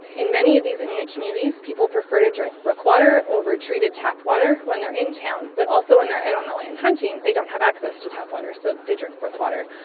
in many of these inuit communities, people prefer to drink brook water over treated tap water when they are in town but also when they are out on the land hunting and they don't have access to tap water, so they drink brook water.